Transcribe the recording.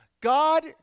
God